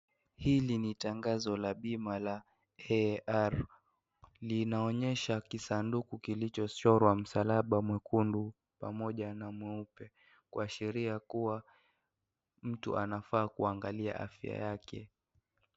Hili ni tangazo la pima la ER.Linaonyesha sanduku kilichochorwa msalaba mwekundu pamoja na mweupe, kuashiria kua mtu anafaa kuangalia afya yake.